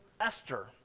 Esther